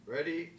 Ready